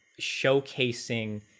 showcasing